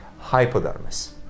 hypodermis